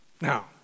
Now